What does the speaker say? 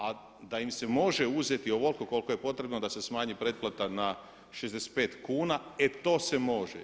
A da im se može uzeti ovoliko koliko je potrebno da se smanji pretplata na 65 kuna e to se može.